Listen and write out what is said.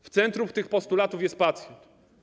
W centrum tych postulatów jest pacjent.